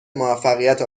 موفقیت